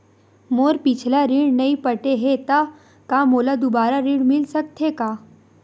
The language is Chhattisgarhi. मोर पिछला ऋण नइ पटे हे त का मोला दुबारा ऋण मिल सकथे का?